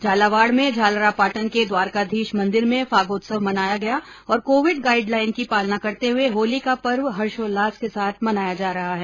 झालावाड़ में झालरापाटन के द्वारकाधीश मंदिर में फागोत्सव मनाया गया और कोविड गाइड लाइन की पालना करते हुए होली का पर्व हर्षोल्लास के साथ मनाया जा रहा है